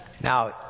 Now